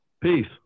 Peace